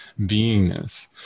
beingness